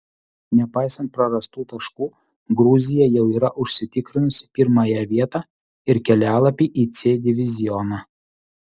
nepaisant prarastų taškų gruzija jau yra užsitikrinusi pirmąją vietą ir kelialapį į c divizioną